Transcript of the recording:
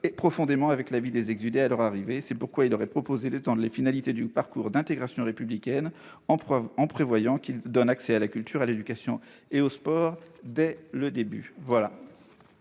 profondément avec la vie des exilés à leur arrivée chez nous. C'est pourquoi il est proposé d'étendre les finalités du parcours d'intégration républicaine en prévoyant qu'il donne accès à la culture, à l'éducation et au sport dès le début.